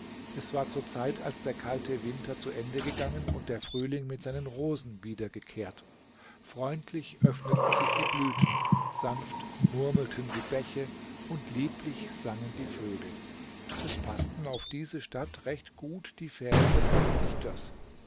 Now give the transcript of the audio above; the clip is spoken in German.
es war zur zeit als der kalte winter zu ende gegangen und der frühling mit seinen rosen wiedergekehrt freundlich öffneten sich die blüten sanft murmelten die bäche und lieblich sangen die vögel es paßten auf diese stadt recht gut die verse eines dichters